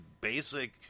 basic